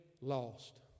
lost